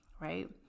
right